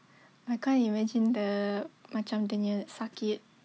I can't imagine the macam dia nya sakit